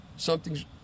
Something's